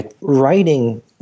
Writing